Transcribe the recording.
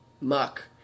muck